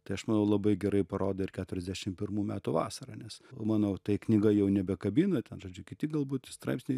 tai aš manau labai gerai parodė ir keturiasdešim pirmų metų vasara nes o mano tai knyga jau nebekabina ten žodžiu kiti galbūt straipsniai